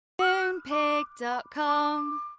Moonpig.com